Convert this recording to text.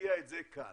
תשקיע את זה כאן.